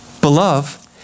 Beloved